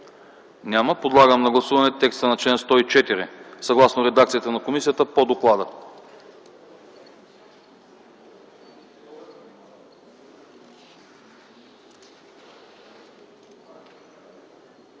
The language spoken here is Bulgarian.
Няма. Подлагам на гласуване текста на чл. 108, съгласно редакцията на комисията по доклада.